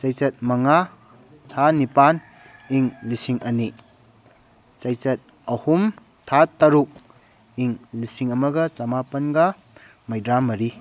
ꯆꯩꯆꯠ ꯃꯉꯥ ꯊꯥ ꯅꯤꯄꯥꯟ ꯏꯪ ꯂꯤꯁꯤꯡ ꯑꯅꯤ ꯆꯩꯆꯠ ꯑꯍꯨꯝ ꯊꯥ ꯇꯔꯨꯛ ꯏꯪ ꯂꯤꯁꯤꯡ ꯑꯃꯒ ꯆꯃꯥꯄꯟꯒ ꯃꯩꯗ꯭ꯔꯥ ꯃꯔꯤ